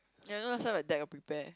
ya you know last time my dad got prepare